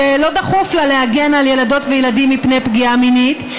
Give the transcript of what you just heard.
שלא דחוף לה להגן על ילדות וילדים מפני פגיעה מינית,